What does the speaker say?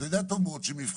אתה יודע טוב מאוד שמבח"ר,